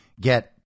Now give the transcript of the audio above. get